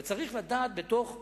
אבל צריך לדעת בתוך הדברים,